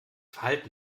verhalten